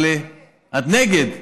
אני נגד.